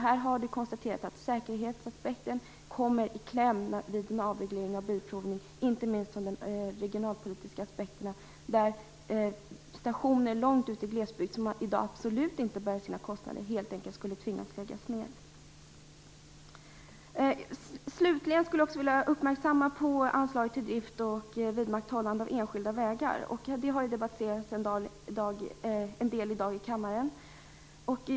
Här har det konstaterats att säkerhetsaspekten kommer i kläm vid en avreglering av Bilprovningen inte minst ur den regionalpolitiska aspekten då stationer långt ute i glesbygden som i dag absolut inte bär sina kostnader helt enkelt skulle tvingas att läggas ned. Slutligen skulle jag vilja uppmärksamma anslaget till drift och vidmakthållande av enskilda vägar. Det har debatterats en del i dag.